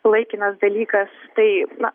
laikinas dalykas tai na